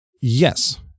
Yes